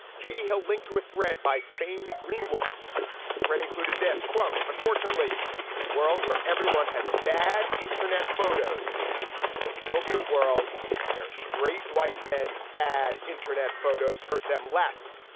katie hill linked to a thread by fain greenwood thread included this quote unfortunately a world where everyone has bad internet photos will still be a world where straight white men's bad internet photos hurt them less.